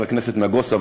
חבר הכנסת נגוסה,